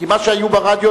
כי מה שהיה ברדיו,